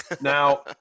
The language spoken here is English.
Now